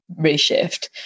reshift